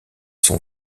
son